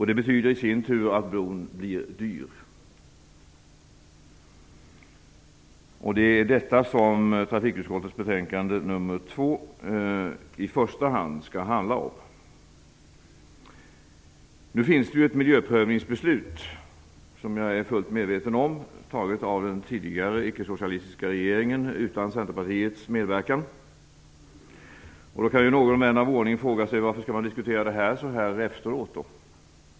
Det betyder i sin tur att bron blir dyr, och det är detta som trafikutskottets betänkande nr 2 i första hand handlar om. Jag är fullt medveten om att det finns ett miljöprövningsbeslut. Det fattades av den tidigare icke-socialistiska regeringen utan Centerpartiets medverkan. Då kan vän av ordning fråga sig varför ärendet skall diskuteras så här efteråt.